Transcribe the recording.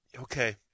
Okay